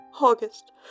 August